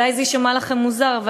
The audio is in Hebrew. אולי זה יישמע לכם מוזר,